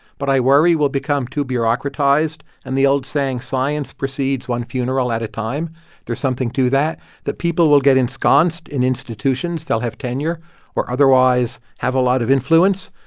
but i worry we'll become too bureaucratized. and the old saying, science proceeds one funeral at a time there's something to that that people will get ensconced in institutions. they'll have tenure or otherwise have a lot of influence.